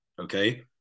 Okay